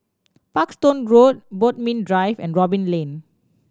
Parkstone Road Bodmin Drive and Robin Lane